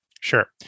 Sure